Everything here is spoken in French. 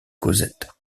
cosette